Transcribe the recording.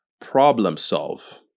problem-solve